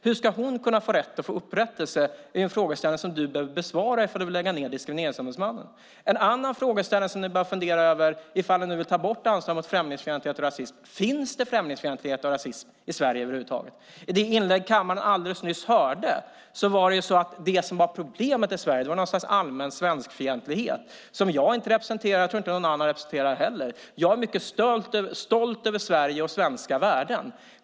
Hur ska hon kunna få rätt och få upprättelse? Det är en fråga som du bör besvara ifall du vill lägga ned Diskrimineringsombudsmannen. Ytterligare en fråga som ni behöver fundera över ifall ni vill ta bort anslaget mot främlingsfientlighet och rasism är: Finns det främlingsfientlighet och rasism i Sverige över huvud taget? Enligt ditt inlägg som vi alldeles nyss hörde här i kammaren var det som var problemet i Sverige något slags allmän svenskfientlighet, som jag inte representerar, och jag tror inte någon annan representerar heller. Jag är mycket stolt över Sverige och svenska värden.